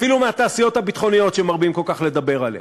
אפילו מהתעשיות הביטחוניות שמרבים כל כך לדבר עליהן.